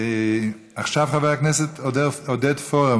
עכשיו חבר הכנסת עודד פורר,